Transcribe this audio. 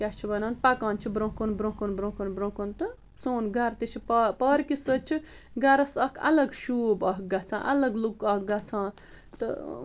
کیٛاہ چھِ وَنان پَکان چھِ برٛۄنٛہہ کُن برٛۄنٛہہ کُن برٛۄنٛہہ کُن برٛۄنٛہہ کُن تہٕ سون گَرٕ تہِ چھِ پا پارکہِ سۭتۍ چھِ گَرس اَکھ الگ شوٗب اَکھ گَژھان الگ لُک اَکھ گَژھان تہٕ